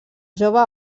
jove